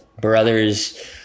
Brothers